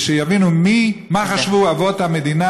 שיבינו מה חשבו אבות המדינה,